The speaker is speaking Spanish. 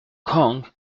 kong